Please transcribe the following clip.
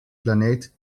planeet